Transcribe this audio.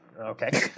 Okay